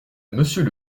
monsieur